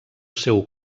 seu